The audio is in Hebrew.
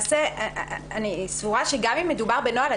אני סבורה שגם אם מדובר בנוהל,